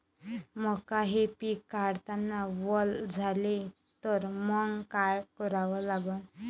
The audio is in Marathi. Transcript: मका हे पिक काढतांना वल झाले तर मंग काय करावं लागन?